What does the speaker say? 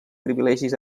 privilegis